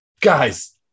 Guys